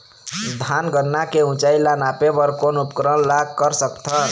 धान गन्ना के ऊंचाई ला नापे बर कोन उपकरण ला कर सकथन?